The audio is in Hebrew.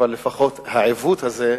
אבל לפחות העיוות הזה,